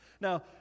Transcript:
Now